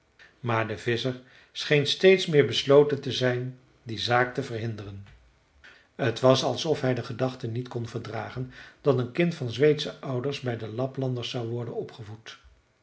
maar de visscher scheen steeds meer besloten te zijn die zaak te verhinderen het was alsof hij de gedachte niet kon verdragen dat een kind van zweedsche ouders bij de laplanders zou worden opgevoed